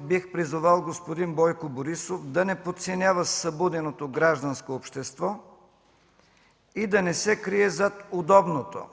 Бих призовал господин Бойко Борисов да не подценява събуденото гражданско общество и да не се крие зад удобното